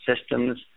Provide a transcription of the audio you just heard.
systems